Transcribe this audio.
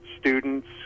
students